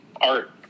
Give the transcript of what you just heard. art